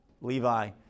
Levi